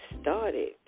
started